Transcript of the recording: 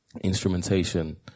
Instrumentation